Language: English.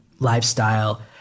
lifestyle